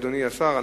אדוני השר,